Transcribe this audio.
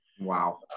Wow